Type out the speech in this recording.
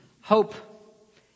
hope